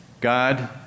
God